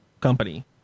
company